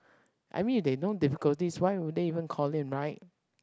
I mean if they don't difficulties why would they even call in a night